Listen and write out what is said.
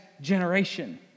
generation